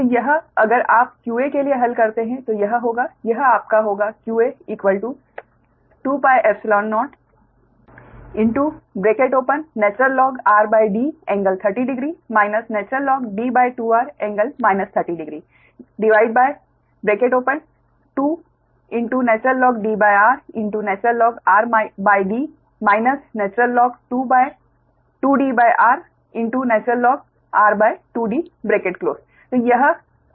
तो यह अगर आप qa के लिए हल करते हैं तो यह होगा यह आपका होगा qa 20 InrD∟300 InD2r ∟ 3002InDrInrD In2Dr Inr2D यह कूलम्ब प्रति मीटर है